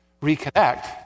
reconnect